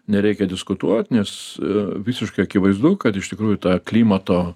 nereikia diskutuot nes visiškai akivaizdu kad iš tikrųjų ta klimato